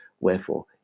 Wherefore